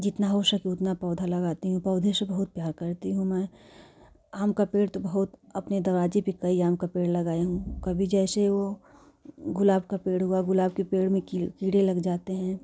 जितना हो सके उतना पौधा लगाती हूँ पौधे से बहुत प्यार करती हूँ मैं आम का पेड़ तो बहुत अपने दरवाज़े पर कई आम का पेड़ लगाई हूँ कभी जैसे वह गुलाब को पेड़ हुआ गुलाब के पेड़ में कीड़े लग जाते हैं